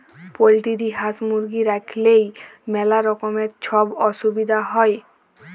poultry হাঁস, মুরগি রাইখলেই ম্যালা রকমের ছব অসুবিধা হ্যয়